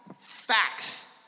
Facts